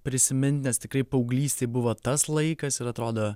prisimint nes tikrai paauglystėj buvo tas laikas ir atrodo